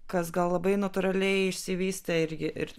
kas gal labai natūraliai išsivystė irgi ir